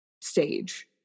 stage